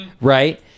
right